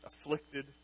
afflicted